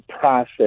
process